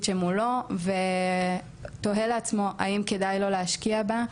שמולו ותוהה לעצמו האם כדאי לו להשקיע בה,